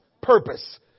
purpose